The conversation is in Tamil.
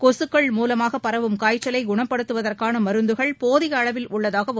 கொக்கள் மூலமாக பரவும் காய்ச்சலை குணப்படுத்துவதற்கான மருந்துகள் போதிய அளவில் உள்ளதாகவும்